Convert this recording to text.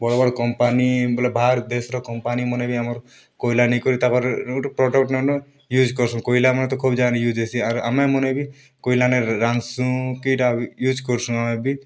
ବଡ଼୍ ବଡ଼୍ କମ୍ପାନି ବୋଲେ ବାହାର୍ ଦେଶ୍ର କମ୍ପାନିମନେ ବି ଆମର୍ କୋଇଲା ନେଇକରି ତାକର୍ ଗୋଟେ ପ୍ରଡ଼କ୍ଟ ୟୁଜ୍ କର୍ସନ୍ କୋଇଲାମନେ ତ ଖୋବ୍ ଜାଗାନେ ୟୁଜ୍ ହେସି ଆର୍ ଆମେମନେ ବି କୋଇଲାନେ ରାନ୍ଧ୍ସୁଁ କି ଇଟା ୟୁଜ୍ କର୍ସୁଁ ଆମେ ବି